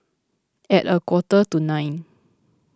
at a quarter to nine